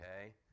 Okay